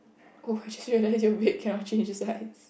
oh I just realise your bed cannot change size